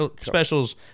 specials